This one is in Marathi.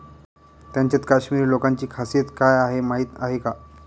त्यांच्यात काश्मिरी लोकांची खासियत काय आहे माहीत आहे का?